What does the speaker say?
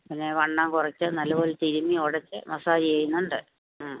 പിന്നെ വണ്ണം കുറച്ച് നല്ല പോലെ തിരുമ്മി ഉടച്ച് മസാജ് ചെയ്യുന്നുണ്ട് ആ